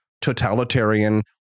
totalitarian